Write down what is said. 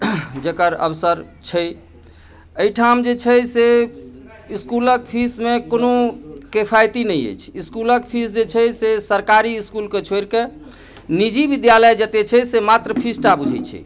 जेकर अवसर छै एहिठाम जे छै से इसकुलक फीस मे कोनो किफायती नहि अछि स्कूलक फीस जे छै से सरकारी इसकुल के छोरि कऽ निजी विद्यालय जते छै से मात्र फीस टा बुझै छै